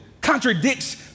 contradicts